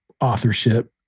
authorship